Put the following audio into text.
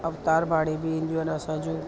अवतार बाड़ी बि ईंदियूं आहिनि असांजो